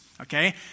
okay